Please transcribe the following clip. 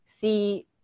see